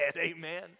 Amen